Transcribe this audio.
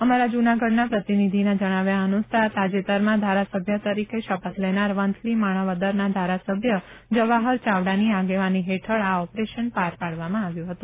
અમારા જુનાગઢના પ્રતિનિધિના જણાવ્યા મુજબ તાજેતરમાં ધારાસભ્ય તરીકે શપથ લેનાર વંથલી માણાવદરના ધારાસભ્ય જવાહર ચાવડાની આગેવાની હેઠળ આ ઓપરેશન પાર પાડવામાં આવ્યું હતું